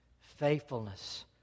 faithfulness